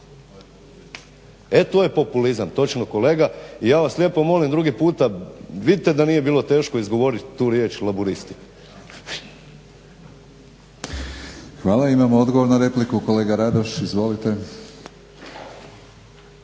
E to je populizam, točno kolega i ja vas lijepo molim drugi puta, vidite da nije bilo teško izgovorit tu riječ Laburisti. **Batinić, Milorad (HNS)** Hvala. Imamo odgovor na repliku kolega Radoš. Izvolite.